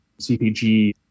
CPG